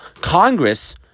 congress